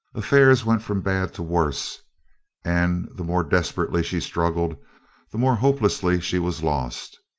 affairs went from bad to worse and the more desperately she struggled the more hopelessly she was lost.